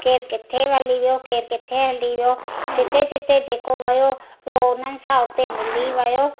केरु किथे हली वियो केरु किथे हली वियो जिते जिते जेको वियो उहो उन्हनि सां उते मिली वियो